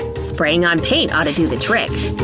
spraying on paint ought to do the trick.